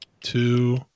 two